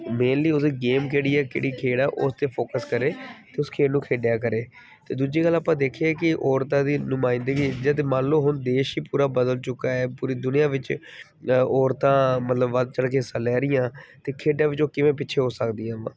mainly ਉਹਦੀ game ਕਿਹੜੀ ਹੈ ਕਿਹੜੀ ਖੇਡ ਹੈ ਉਸ 'ਤੇ ਫੋਕਸ ਕਰੇ ਅਤੇ ਉਸ ਖੇਡ ਨੂੰ ਖੇਡਿਆ ਕਰੇ ਅਤੇ ਦੂਜੀ ਗੱਲ ਆਪਾਂ ਦੇਖੀਏ ਕਿ ਔਰਤਾਂ ਦੀ ਨੁਮਾਇੰਦਗੀ ਜੇ ਮੰਨ ਲਓ ਹੁਣ ਦੇਸ਼ ਹੀ ਪੂਰਾ ਬਦਲ ਚੁੱਕਾ ਹੈ ਪੂਰੀ ਦੁਨੀਆਂ ਵਿੱਚ ਔਰਤਾਂ ਮਤਲਬ ਵੱਧ ਚੜ ਕੇ ਹਿੱਸਾ ਲੈ ਰਹੀਆ ਅਤੇ ਖੇਡਾਂ ਵਿੱਚ ਉਹ ਕਿਵੇਂ ਪਿੱਛੇ ਹੋ ਸਕਦੀਆਂ ਵਾ